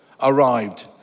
arrived